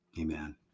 Amen